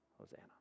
Hosanna